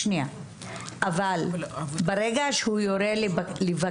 אבל ברגע שהוא יורה לבקש.